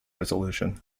resolution